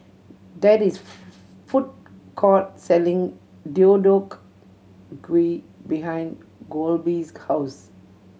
there is a food court selling Deodeok Gui behind Kolby's house